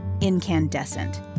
incandescent